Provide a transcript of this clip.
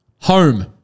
home